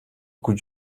could